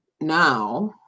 now